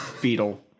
Beetle